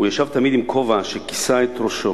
הוא ישב תמיד עם כובע שכיסה את ראשו